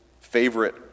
favorite